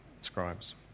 scribes